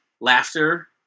laughter